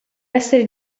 essere